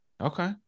okay